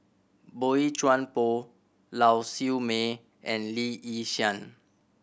Boey Chuan Poh Lau Siew Mei and Lee Yi Shyan